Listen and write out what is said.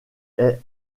est